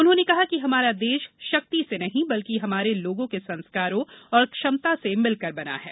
उन्होनें कहा कि हमारा देश शक्ति से नहीं बल्कि हमारे लोगों के संस्कारों और क्षमता से मिलकर बना है